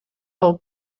del